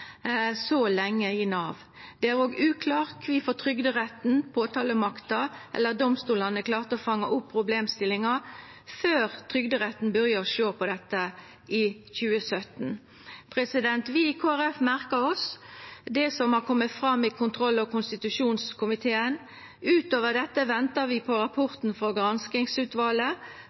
så lenge i Nav. Det er òg uklart kvifor ikkje Trygderetten, påtalemakta eller domstolane klarte å fanga opp problemstillinga før Trygderetten byrja å sjå på dette i 2017. Vi i Kristeleg Folkeparti merkar oss det som har kome fram i kontroll- og konstitusjonskomiteen. Utover dette ventar vi på rapporten frå granskingsutvalet